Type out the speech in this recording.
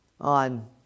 on